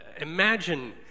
imagine